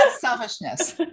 selfishness